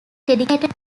dedicated